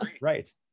Right